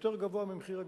יותר גבוה ממחיר הגז,